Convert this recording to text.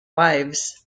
wives